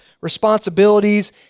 responsibilities